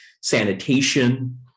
sanitation